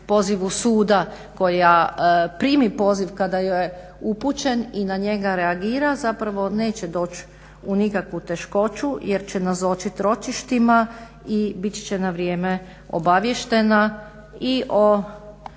pozivu suda, koja primi poziv kada joj je upućen i na njega reagira zapravo neće doći u nikakvu teškoću jer će nazočiti ročištima i biti će na vrijeme obaviještena